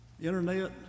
Internet